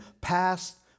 past